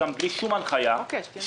גם בלי שום הנחיה שיש.